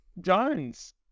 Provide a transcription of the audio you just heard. jones